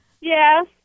Yes